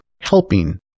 helping